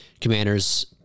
Commanders